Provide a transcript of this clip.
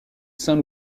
saint